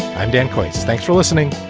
i'm dan coates. thanks for listening